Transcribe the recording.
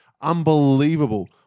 Unbelievable